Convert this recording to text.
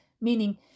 meaning